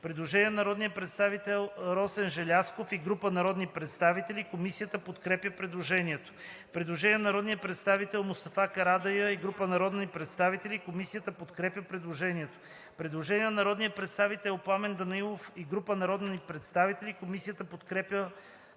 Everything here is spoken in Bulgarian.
Предложение на народния представител Росен Желязков и група народни представители. Комисията подкрепя предложението. Предложение на народния представител Мустафа Карадайъ и група народни представители. Комисията подкрепя предложението. Предложение на народния представител Пламен Данаилов и група народни представители. Комисията подкрепя